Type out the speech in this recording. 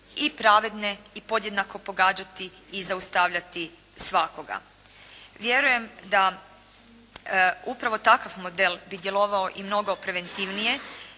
i pravedne i podjednako pogađati i zaustavljati svakoga. Vjerujem da upravo takav model bi djelovao i mnogo preventivnije